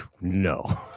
No